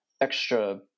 extra